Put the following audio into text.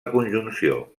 conjunció